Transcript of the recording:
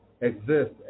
exist